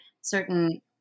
certain